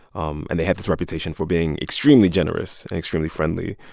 um and they had this reputation for being extremely generous and extremely friendly.